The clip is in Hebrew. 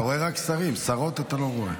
אתה רואה רק שרים, שרות אתה לא רואה.